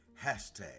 hashtag